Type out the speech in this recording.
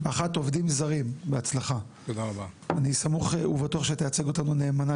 עובדים זרים, שמגיעים מתאילנד, מממלכת